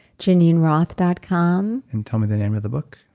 geneenroth dot com. and tell me the name of the book?